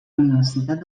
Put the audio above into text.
universitat